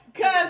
cause